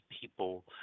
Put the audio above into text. people